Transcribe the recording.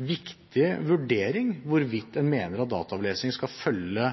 viktig vurdering hvorvidt en mener at dataavlesing skal følge